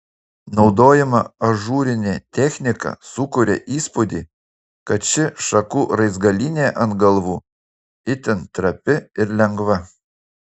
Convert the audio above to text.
naudojama ažūrinė technika sukuria įspūdį kad ši šakų raizgalynė ant galvų itin trapi ir lengva